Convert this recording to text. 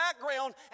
background